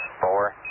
four